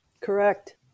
Correct